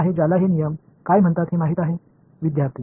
இந்த சட்டம் என்னவென்று தெரிந்த எவரும் இங்கே இருக்கிறார்களா